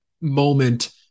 moment